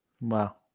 Wow